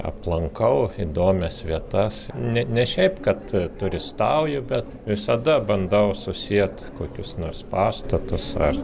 aplankau įdomias vietas ne ne šiaip kad turistauju bet visada bandau susiet kokius nors pastatus ar